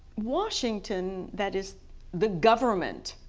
washington, that is the government,